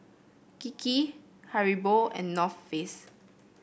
Kiki Haribo and North Face